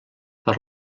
per